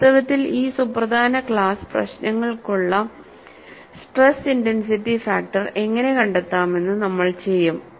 വാസ്തവത്തിൽ ഈ സുപ്രധാന ക്ലാസ് പ്രശ്നങ്ങൾക്കുള്ള സ്ട്രെസ് ഇന്റെൻസിറ്റി ഫാക്ടർ എങ്ങനെ കണ്ടെത്താമെന്ന് നമ്മൾ ചെയ്യും